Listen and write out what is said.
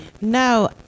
No